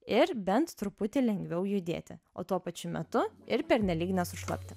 ir bent truputį lengviau judėti o tuo pačiu metu ir pernelyg nesušlapti